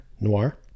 noir